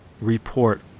report